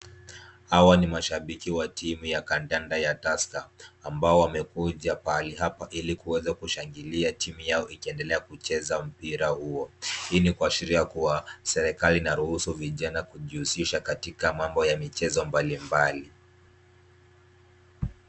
Hawa ni mashabiki wa timu ya kandanda ya Tusker, ambao wamekuja pahali hapa ili kuweza kushangilia timu yao ikiendelea kucheza mpira huo. Hii ni kuashiria kuwa serikali inaruhusu vijana kujihusisha katika mambo ya michezo mbalimbali.